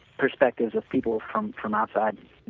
perspective of people from from outside,